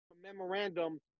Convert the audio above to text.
memorandum